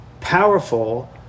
powerful